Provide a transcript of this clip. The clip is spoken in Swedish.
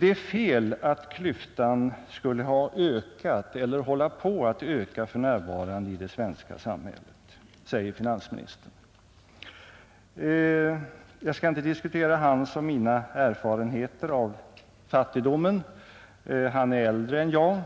Det är fel att påstå att klyftan skulle ha ökat eller hålla på att öka för närvarande i det svenska samhället, säger finansministern. Jag skall inte diskutera hans och mina erfarenheter av fattigdomen. Han är äldre än jag.